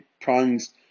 prongs